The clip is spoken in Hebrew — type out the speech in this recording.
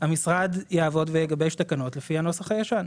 המשרד יעבוד ויגבש תקנות לפי הנוסח הישן.